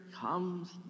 comes